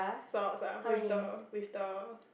socks ah with the with the